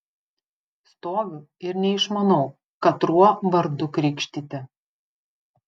stoviu ir neišmanau katruo vardu krikštyti